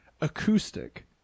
Acoustic